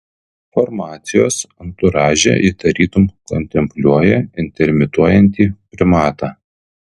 formacijos anturaže ji tarytum kontempliuoja intermituojantį primatą